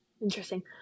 interesting